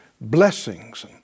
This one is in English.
blessings